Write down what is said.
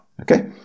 okay